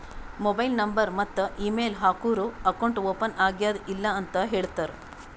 mobile number ಮತ್ತ email ಹಾಕೂರ್ account open ಆಗ್ಯಾದ್ ಇಲ್ಲ ಅಂತ ಹೇಳ್ತಾರ್